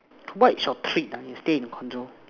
what's your treat when you stay in condo